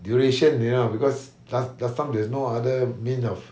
duration you know because last last time there's no other means of